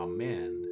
Amen